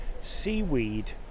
seaweed